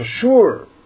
sure